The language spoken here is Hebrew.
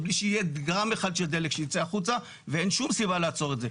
בלי שיהיה גרם אחד של דלק שיצא החוצה ואין שום סיבה לעצור את זה.